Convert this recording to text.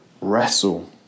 wrestle